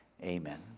Amen